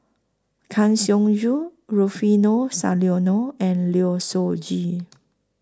Kang Siong Joo Rufino Soliano and Low Siew Nghee